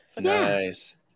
nice